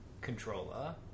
controller